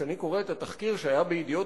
כשאני קורא את התחקיר שהיה ב"ידיעות